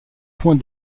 point